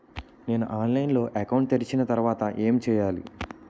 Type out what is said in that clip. నేను ఆన్లైన్ లో అకౌంట్ తెరిచిన తర్వాత ఏం చేయాలి?